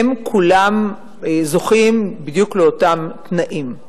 הם כולם זוכים בדיוק לאותם תנאים.